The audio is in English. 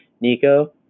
Nico